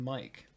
Mike